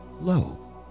Low